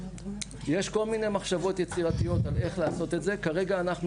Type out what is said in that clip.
יש כל מיני מחשבות יצירתיות על איך לעשות את זה כרגע אנחנו